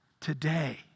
today